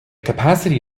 capacity